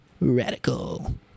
radical